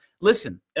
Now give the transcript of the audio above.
Listen